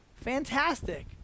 Fantastic